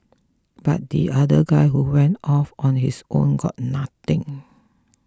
but the other guy who went off on his own got nothing